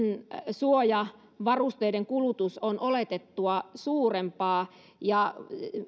suojavarusteiden kulutus on oletettua suurempaa ja